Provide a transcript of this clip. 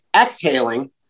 exhaling